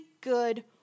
good